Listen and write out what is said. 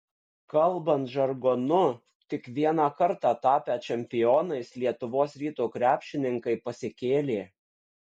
kalbant žargonu tik vieną kartą tapę čempionais lietuvos ryto krepšininkai pasikėlė